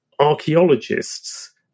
archaeologists